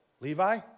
Levi